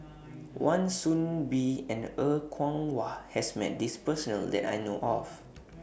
Wan Soon Bee and Er Kwong Wah has Met This Person that I know of